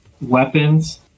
weapons